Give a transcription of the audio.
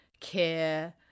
care